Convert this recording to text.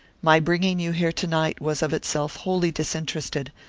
my bringing you here to-night was of itself wholly disinterested,